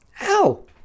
Ow